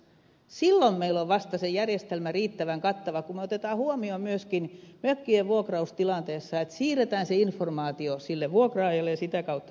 silloin meillä on vasta se järjestelmä riittävän kattava kun me otamme huomioon myöskin mökkien vuokraustilanteessa että siirretään se informaatio sille vuokraajalle ja sitä kautta se vastuu